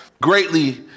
greatly